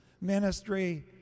ministry